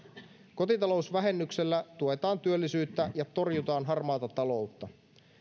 kotitalousvähennyksellä tuetaan työllisyyttä ja torjutaan harmaata taloutta